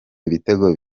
ibitego